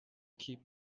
keep